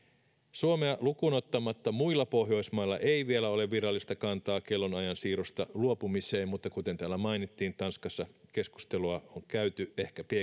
suomea lukuun ottamatta muilla pohjoismailla ei vielä ole virallista kantaa kellonajan siirrosta luopumiseen mutta kuten täällä mainittiin tanskassa keskustelua on käyty ehkä